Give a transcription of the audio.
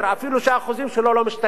אפילו שהאחוזים שלו לא משתנים.